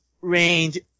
range